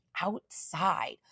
outside